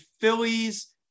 Phillies –